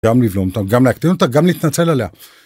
גם לבלום אותה, גם להקטין אותה, גם להתנצל עליה.